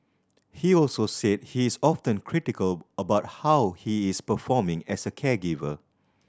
he also said he is often critical about how he is performing as a caregiver